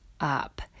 up